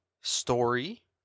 story